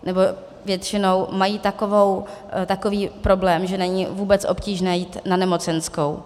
Nebo většinou mají takový problém, že není vůbec obtížné jít na nemocenskou.